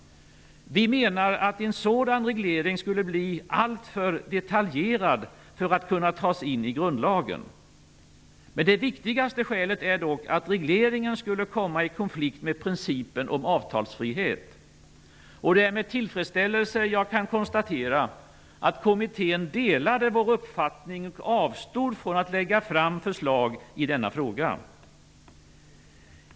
Vi menar att en sådan reglering skulle bli alltför detaljerad för att kunna tas in i grundlagen. Det viktigaste skälet är dock att regleringen skulle komma i konflikt med principen om avtalsfrihet. Det är med tillfredsställelse jag kan konstatera att kommittén delade vår uppfattning och avstod från att lägga fram förslag i denna fråga.